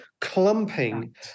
clumping